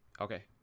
okay